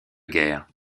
guerre